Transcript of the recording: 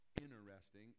interesting